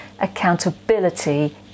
accountability